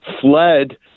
fled